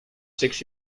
six